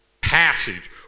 passage